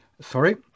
Sorry